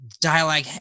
dialogue